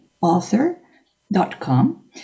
author.com